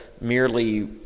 merely